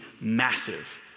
massive